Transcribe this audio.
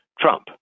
Trump